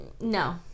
no